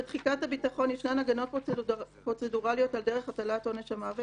בתחיקת הביטחון ישנן הגנות פרוצדוראליות על דרך הטלת עונש המוות